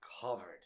covered